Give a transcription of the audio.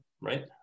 Right